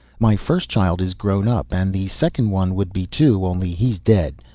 my first child is grown-up, and the second one would be, too, only he's dead.